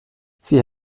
sie